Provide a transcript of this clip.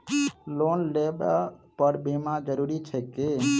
Loan लेबऽ पर बीमा जरूरी छैक की?